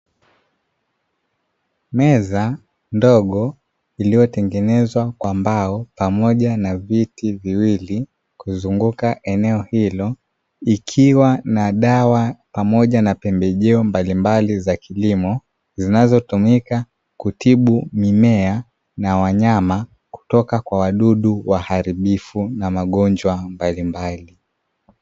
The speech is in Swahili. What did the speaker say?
Meza ndogo iliyotengenezwa kwa mbao pamoja na viti viwili kuzunguka eneo hilo, ikiwa na dawa pamoja na pembejeo mbalimbali za kilimo zinazotumika kutibu mimea na wanyama kutoka kwa wadudu waharibifu na magonjwa mbalimbali.